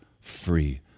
free